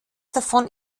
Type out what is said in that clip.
davon